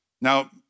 Now